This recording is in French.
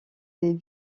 des